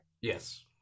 Yes